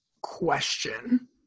question